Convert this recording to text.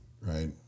Right